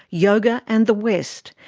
yoga and the west,